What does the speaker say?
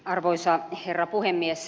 arvoisa herra puhemies